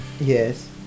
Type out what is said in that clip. yes